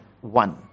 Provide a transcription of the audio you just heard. one